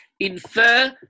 Infer